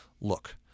look